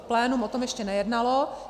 Plénum o tom ještě nejednalo.